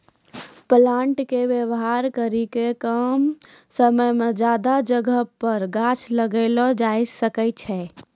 planter के वेवहार करी के कम समय मे ज्यादा जगह पर गाछ लगैलो जाय सकै छै